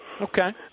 Okay